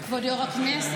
כבוד יו"ר הכנסת,